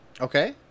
Okay